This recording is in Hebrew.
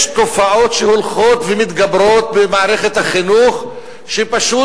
יש תופעות שהולכות ומתגברות במערכת החינוך שפשוט,